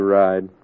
ride